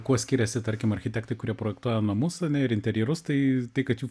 kuo skiriasi tarkim architektai kurie projektuoja namus ane ir interjerus tai tai kad jų